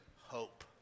hope